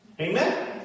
Amen